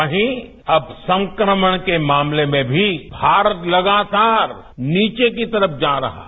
वहीं अब संक्रमण के मामले में भी भारत लगातार नीचे की तरफ जा रहा है